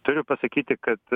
turiu pasakyti kad